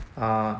err